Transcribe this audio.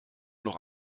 noch